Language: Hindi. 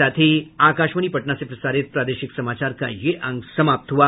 इसके साथ ही आकाशवाणी पटना से प्रसारित प्रादेशिक समाचार का ये अंक समाप्त हुआ